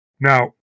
Now